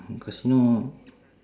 casino